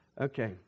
Okay